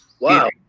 Wow